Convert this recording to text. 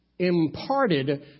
imparted